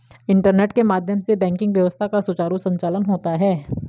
internet के माध्यम से बैंकिंग व्यवस्था का सुचारु संचालन होता है